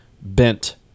bent